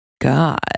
God